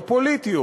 הפוליטיות,